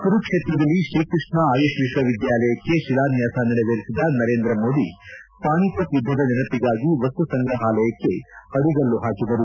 ಕುರುಕ್ಷೇತ್ರದಲ್ಲಿ ಶ್ರೀಕೃಷ್ಣಾ ಆಯುಷ್ ವಿಶ್ವವಿದ್ಯಾಲಯಕ್ಕೆ ಶಿಲಾನ್ಯಾಸ ನೆರವೇರಿಸಿದ ನರೇಂದ್ರ ಮೋದಿ ಪಾಣಿಪತ್ ಯುದ್ದದ ನೆನಪಿಗಾಗಿ ವಸ್ತು ಸಂಗ್ರಹಾಲಯಕ್ಕೆ ಅಡಿಗಲ್ಲು ಹಾಕಿದರು